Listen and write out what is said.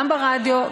גם ברדיו,